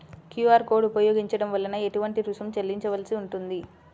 QR code ఉపయోగించటం వలన ఏటువంటి రుసుం చెల్లించవలసి ఉంటుంది?